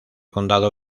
condado